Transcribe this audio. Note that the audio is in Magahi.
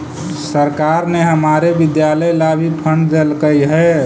सरकार ने हमारे विद्यालय ला भी फण्ड देलकइ हे